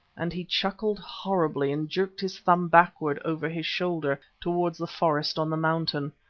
and he chuckled horribly and jerked his thumb backwards over his shoulder towards the forest on the mountain.